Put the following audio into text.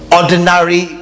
ordinary